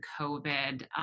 COVID